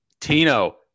Tino